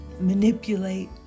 manipulate